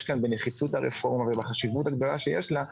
כאן בנחיצות הרפורמה ולחשיבות הגדולה שיש לה,